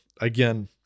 again